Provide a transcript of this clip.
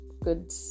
good